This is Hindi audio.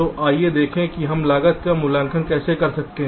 तो आइए देखें कि हम लागत का मूल्यांकन कैसे कर सकते हैं